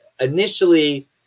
initially